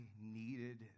needed